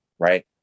Right